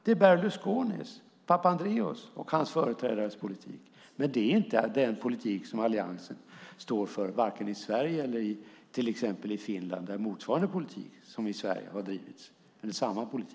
Det är Berlusconis, Papandreous och hans företrädares politik, men det är inte den politik som Alliansen står för i Sverige eller politiken i till exempel Finland som är samma politik som har drivits i Sverige.